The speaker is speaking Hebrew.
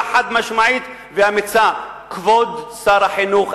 חד-משמעית ואמיצה: כבוד שר החינוך,